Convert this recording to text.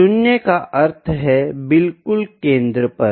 0 का अर्थ है बिलकुल केंद्र पर